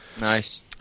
Nice